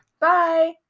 Bye